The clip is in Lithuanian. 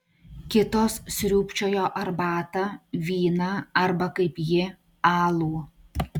kitos sriubčiojo arbatą vyną arba kaip ji alų